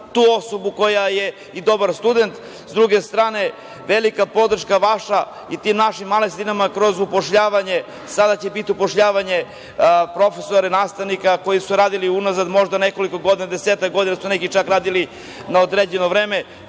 tu osobu koja je i dobar student. Sa druge strane, velika podrška vaša i tim našim malim sredinama kroz upošljavanje. Sada će biti upošljavanje profesora, nastavnika koji su radili unazad nekoliko godina, desetak godina su neki čak radili na određeno vreme.